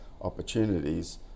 opportunities